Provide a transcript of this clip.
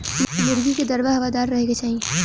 मुर्गी कअ दड़बा हवादार रहे के चाही